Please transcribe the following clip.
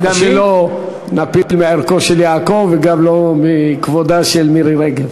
כדי שלא נפיל מערכו של יעקב וגם לא מכבודה של מירי רגב.